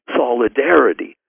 solidarity